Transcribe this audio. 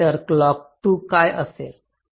तर क्लॉक 2 काय असेल